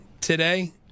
today